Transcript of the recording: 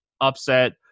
upset